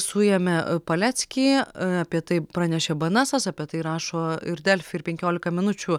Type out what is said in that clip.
suėmė paleckį apie tai pranešė bnsas apie tai rašo ir delfi ir penkiolika minučių